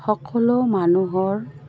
সকলো মানুহৰ